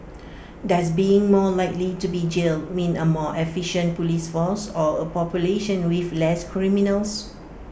does being more likely to be jailed mean A more efficient Police force or A population with less criminals